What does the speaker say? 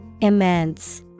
Immense